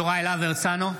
בעד יוראי להב הרצנו,